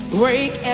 break